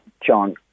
John